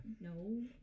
No